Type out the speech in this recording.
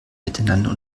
miteinander